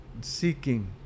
seeking